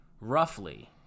roughly